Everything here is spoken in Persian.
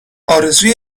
آرزوی